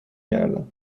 گردم